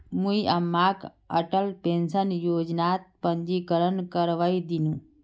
मुई अम्माक अटल पेंशन योजनात पंजीकरण करवइ दिमु